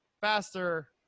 faster